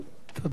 תודה.